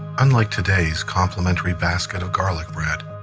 unlike today's complimentary basket of garlic bread,